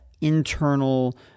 internal